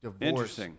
Divorce